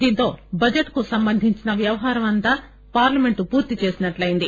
దీంతో బడ్జెట్ కు సంబంధించిన వ్యవహారాన్నంతా పార్లమెంట్ పూర్తి చేసినట్లు అయ్యింది